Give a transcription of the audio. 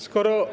Skoro.